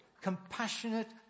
compassionate